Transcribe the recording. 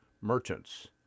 merchants